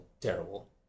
terrible